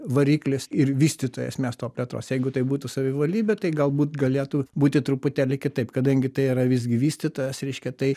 variklis ir vystytojas miesto plėtros jeigu tai būtų savivaldybė tai galbūt galėtų būti truputėlį kitaip kadangi tai yra visgi vystytojas reiškia tai